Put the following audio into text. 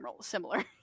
similar